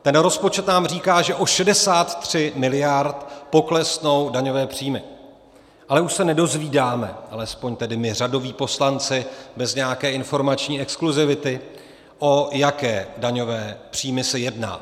Ten rozpočet nám říká, že o 63 miliard poklesnou daňové příjmy, ale už se nedozvídáme, alespoň tedy my řadoví poslanci bez nějaké informační exkluzivity, o jaké daňové příjmy se jedná.